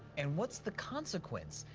and what's the consequence?